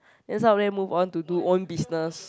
then some of them move on to do own business